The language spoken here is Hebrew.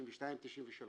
1992-1993